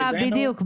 בדיוק.